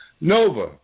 Nova